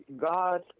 God